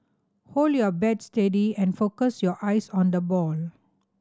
hold your bat steady and focus your eyes on the ball